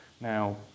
Now